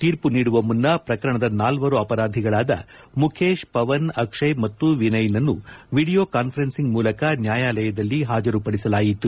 ತೀರ್ಮ ನೀಡುವ ಮುನ್ನ ಪ್ರಕರಣದ ನಾಲ್ವರು ಅಪರಾಧಿಗಳಾದ ಮುಖೇಶ್ ಪವನ್ ಅಕ್ಷಯ್ ಮತ್ತು ವಿನಯ್ನನ್ನು ವಿಡಿಯೋ ಕಾನ್ದರೆನ್ಲಿಂಗ್ ಮೂಲಕ ನ್ಹಾಯಾಲಯದಲ್ಲಿ ಹಾಜರುಪಡಿಸಲಾಯಿತು